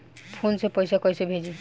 Phone से पैसा कैसे भेजी?